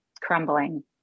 crumbling